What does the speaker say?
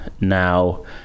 now